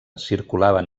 circulaven